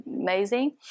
amazing